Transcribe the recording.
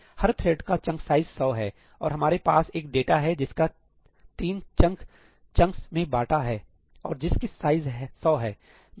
हर thread का chunk size 100 है और हमारे पास एक डाटा है जिसको 3 चंक्स में बांटा है और जिस की साइज 100 है